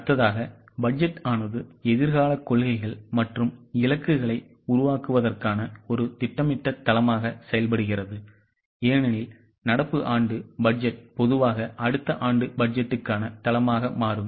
அடுத்ததாக பட்ஜெட் ஆனது எதிர்கால கொள்கைகள் மற்றும் இலக்குகளை உருவாக்குவதற்கான ஒரு திட்டமிட்ட தளமாக செயல்படுகிறது ஏனெனில் நடப்பு ஆண்டு பட்ஜெட் பொதுவாக அடுத்த ஆண்டு பட்ஜெட்டுக்கான தளமாக மாறும்